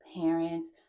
parents